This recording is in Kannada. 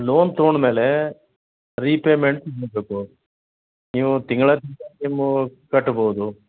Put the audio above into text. ಲೋನ್ ತೊಗೊಂಡ ಮೇಲೆ ರೀಪೇಮೆಂಟ್ ಮಾಡ್ಬೇಕು ನೀವು ತಿಂಗ್ಳಾ ತಿಂಗ್ಳಾ ನೀವು ಕಟ್ಬೌದು